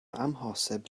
amhosib